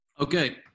Okay